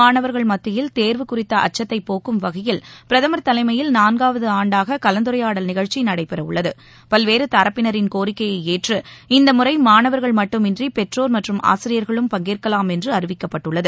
மாணவர்கள் மத்தியில் தேர்வு குறித்த அச்சத்தை போக்கும் வகையில் பிரதமர் தலைமையில் நான்காவது ஆண்டாக கலந்துரையாடல் நிகழ்ச்சி நடைபெறவுள்ளது பல்வேறு தரப்பினரின் கோரிக்கையை ஏற்று இந்த முறை மாணவர்கள் மட்டுமின்றி பெற்றோர் மற்றும் ஆசிரியர்களும் பங்கேற்கலாம் என்று அறிவிக்கப்பட்டுள்ளது